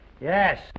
Yes